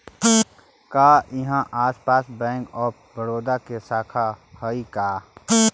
का इहाँ आसपास बैंक ऑफ बड़ोदा के शाखा हइ का?